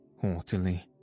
haughtily